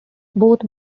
both